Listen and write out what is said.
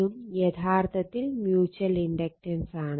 ഇതും യഥാർത്ഥത്തിൽ മ്യൂച്ചൽ ഇൻഡക്റ്റൻസാണ്